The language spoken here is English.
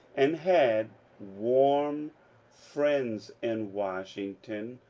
and had warm friends in wash ington.